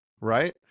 right